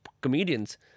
comedians